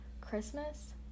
Christmas